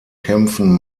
kämpfen